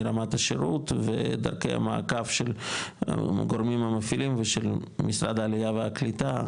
מרמת השירות ודרכי המעקב של גורמים המפעילים ושל משרד העלייה והקליטה,